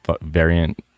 variant